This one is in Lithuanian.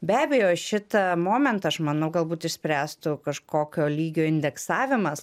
be abejo šitą momentą aš manau galbūt išspręstų kažkokio lygio indeksavimas